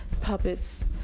puppets